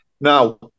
Now